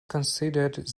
considered